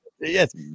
Yes